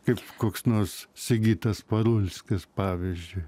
kaip koks nors sigitas parulskis pavyzdžiui